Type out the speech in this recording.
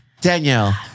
Danielle